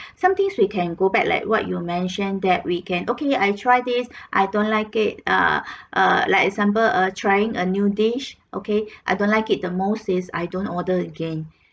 some things we can go back like what you mentioned that we can okay I try this I don't like it uh uh like example uh trying a new dish okay I don't like it the most is I don't order again